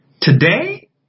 Today